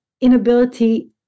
inability